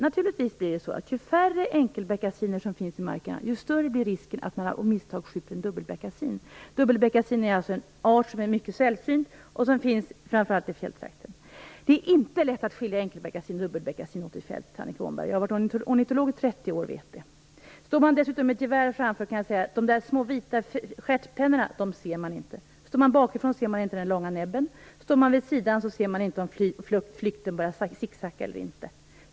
Ju färre enkelbeckasiner som finns i markerna, desto större blir risken att man av misstag skjuter en dubbelbeckasin. Dubbelbeckasin är alltså en art som är mycket sällsynt och som finns framför allt i fjälltrakter. Det är inte lätt att skilja enkelbeckasin och dubbelbeckasin åt i fält, Annika Åhnberg. Jag har varit ornitolog i 30 år och vet det. Har man dessutom ett gevär framför sig ser man inte de där små vita stjärtpennorna. Ser man den bakifrån ser man inte den långa näbben. Står man vid sidan om ser man inte om flykten börjar sicksacka eller inte.